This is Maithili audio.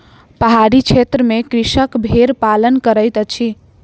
पहाड़ी क्षेत्र में कृषक भेड़ पालन करैत अछि